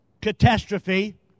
catastrophe